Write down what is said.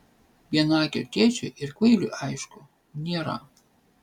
vienaakio tėčio ir kvailiui aišku nėra